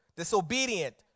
Disobedient